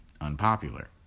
unpopular